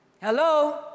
Hello